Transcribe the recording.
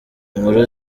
inkuru